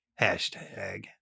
hashtag